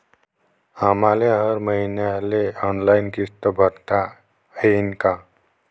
आम्हाले हर मईन्याले ऑनलाईन किस्त भरता येईन का?